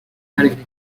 malgré